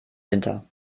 winter